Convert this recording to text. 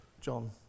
John